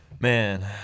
man